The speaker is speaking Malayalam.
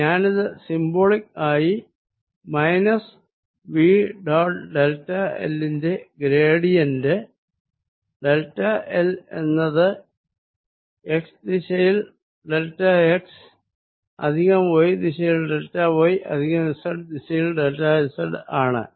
ഞാനിത് സിംബോളിക് ആയി minus V dot delta l ന്റെ ഗ്രേഡിയന്റ് ഡെൽറ്റ l എന്നത് x ദിശയിൽ ഡെൽറ്റ x പ്ലസ് y ദിശയിൽ ഡെൽറ്റ y അധിക z ദിശയിൽ ഡെൽറ്റ z ആണ്